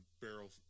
barrel